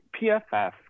PFF